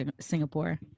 Singapore